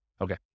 Okay